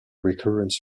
recurrence